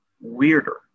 weirder